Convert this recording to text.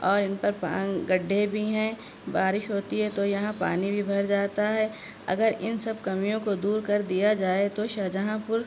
اور ان پر گڈھے بھی ہیں بارش ہوتی ہے تو یہاں پانی بھی بھر جاتا ہے اگر ان سب کمیوں کو دور کر دیا جائے تو شاہجہاں پور